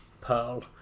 Pearl